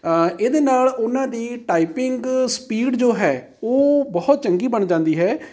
ਇਹਦੇ ਨਾਲ ਉਹਨਾਂ ਦੀ ਟਾਈਪਿੰਗ ਸਪੀਡ ਜੋ ਹੈ ਉਹ ਬਹੁਤ ਚੰਗੀ ਬਣ ਜਾਂਦੀ ਹੈ